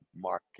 market